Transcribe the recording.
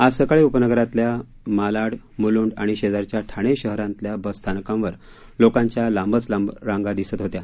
आज सकाळी उपनगरातल्या मालाड मुलुंड आणि शेजारच्या ठाणे शहरांतल्या बस स्थानकांवर लोकांच्या लांबच लांब रांगा दिसत होत्या